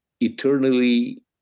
eternally